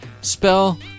Spell